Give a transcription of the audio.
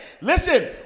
Listen